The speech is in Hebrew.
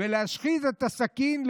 להשחיז את הסכין,